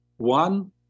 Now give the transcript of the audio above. one